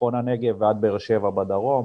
בצפון הנגב ועד באר שבע בדרום,